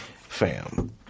fam